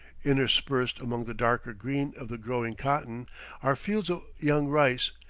interspersed among the darker green of the growing cotton are fields of young rice,